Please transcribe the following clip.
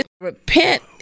Repent